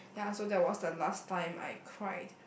ya so that was the last time I cried